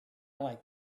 like